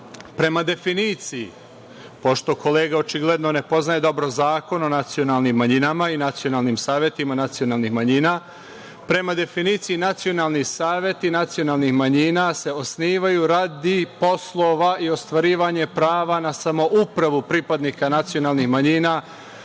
prema definiciji. Pošto kolega očigledno ne poznaje dobro Zakon o nacionalnim manjinama i nacionalnim savetima nacionalnih manjina, prema definiciji nacionalni saveti nacionalnih manjina se osnivaju radi poslova i ostvarivanja prava na samoupravu pripadnika nacionalnih manjina